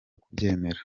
kubyemera